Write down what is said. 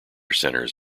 centers